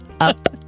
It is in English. Up